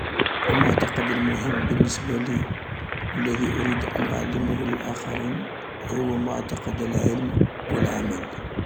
المعتقد المهم بالنسبة لي و الذي اريد أن أعلمه للآخرين هو معنقد العلم و العمل.